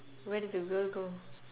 where did the girl go